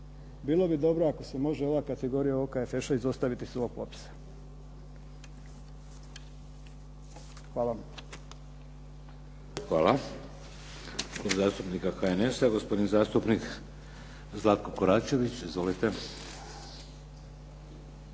bilo bi dobro ako se može ova kategorija ODFŠ-a izostaviti s ovog popisa. Hvala. **Šeks, Vladimir (HDZ)** Hvala. Klub zastupnika HNS-a gospodin zastupnik Zlatko Koračević. Izvolite.